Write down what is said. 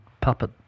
puppet